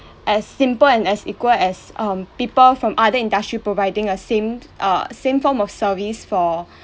as simple and as equal as um people from other industry providing a same uh same form of service for